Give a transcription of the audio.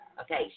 Okay